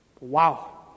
Wow